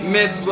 Miss